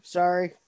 sorry